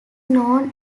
known